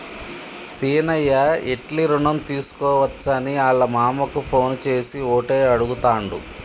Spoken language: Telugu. సీనయ్య ఎట్లి రుణం తీసుకోవచ్చని ఆళ్ళ మామకు ఫోన్ చేసి ఓటే అడుగుతాండు